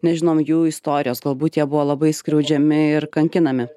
nežinom jų istorijos galbūt jie buvo labai skriaudžiami ir kankinami